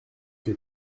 que